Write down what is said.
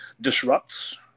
disrupts